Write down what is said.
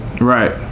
Right